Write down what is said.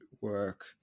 work